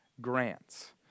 grants